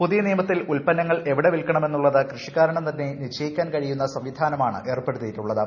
പുതിയ നിയമത്തിൽ ഉത്പന്നങ്ങൾ എവിടെ വിൽക്കുണം എന്നുള്ളത് കൃഷിക്കാരന് തന്നെ നിശ്ചയിക്കാൻ കഴിയുന്നു സ്കൂവിധാനമാണ് ഏർപ്പെടുത്തിയിട്ടുള്ളത്